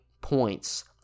points